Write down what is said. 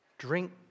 Drink